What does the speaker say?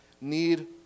need